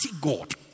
God